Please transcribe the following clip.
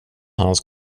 hans